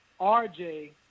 RJ